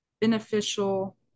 beneficial